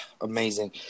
Amazing